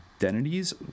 Identities